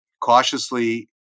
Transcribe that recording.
cautiously